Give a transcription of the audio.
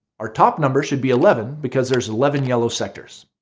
our top number should be eleven because there's eleven yellow sectors.